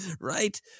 Right